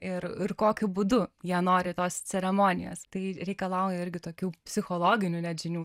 ir ir kokiu būdu jie nori tos ceremonijos tai reikalauja irgi tokių psichologinių net žinių